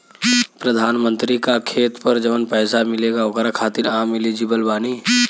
प्रधानमंत्री का खेत पर जवन पैसा मिलेगा ओकरा खातिन आम एलिजिबल बानी?